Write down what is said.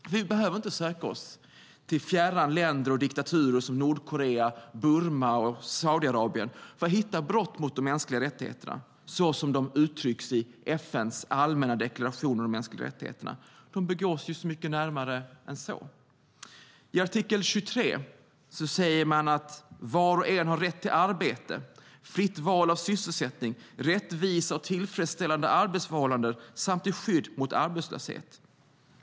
Och vi behöver inte söka oss till fjärran länder och diktaturer som Nordkorea, Burma eller Saudiarabien för att hitta brott mot de mänskliga rättigheterna såsom de uttrycks i FN:s allmänna deklaration om de mänskliga rättigheterna. De begås så mycket närmare än så. I artikel 23 sägs att "var och en har rätt till arbete, fritt val av sysselsättning, rättvisa och tillfredsställande arbetsförhållanden samt till skydd mot arbetslöshet".